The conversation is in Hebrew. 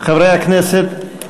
חברי הכנסת,